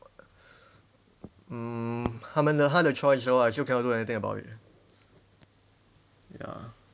mm 他们的他的 choice lor I still cannot do anything about it